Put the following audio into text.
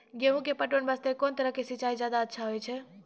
गेहूँ के पटवन वास्ते कोंन तरह के सिंचाई ज्यादा अच्छा होय छै?